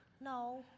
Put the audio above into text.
no